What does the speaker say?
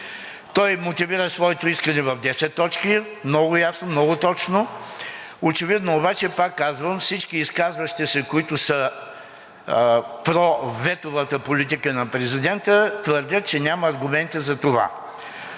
Той мотивира своето искане в 10 точки, много ясно, много точно. Очевидно обаче, пак казвам, всички изказващи се, които са за проветовата политика на президента, твърдят, че няма аргументи за това.